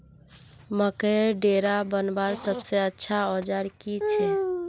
मकईर डेरा बनवार सबसे अच्छा औजार की छे?